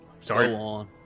Sorry